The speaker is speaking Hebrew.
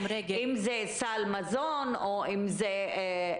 אם זה סל מזון או חומרים,